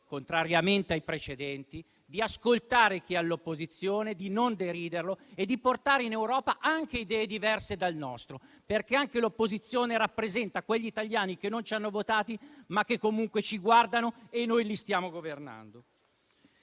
contrariamente ai precedenti, di ascoltare chi è all'opposizione, di non deriderlo e di portare in Europa anche idee diverse dalle nostre. Anche l'opposizione rappresenta quegli italiani che non ci hanno votati, ma che comunque ci guardano e che noi stiamo governando.